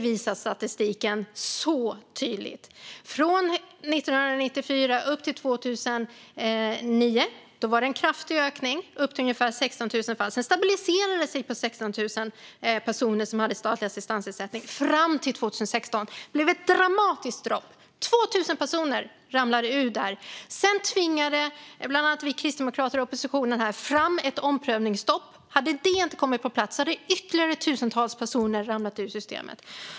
Från 1994 till 2009 var det en kraftig ökning upp till ungefär 16 000 personer med statlig assistansersättning. Sedan stabiliserade det sig där fram till 2016 då det blev ett dramatiskt fall när 2 000 personer ramlade ut. Därefter tvingade bland annat Kristdemokraterna fram ett omprövningsstopp, och hade det inte kommit på plats hade ytterligare tusentals personer ramlat ur systemet.